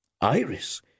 Iris